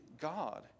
God